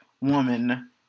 woman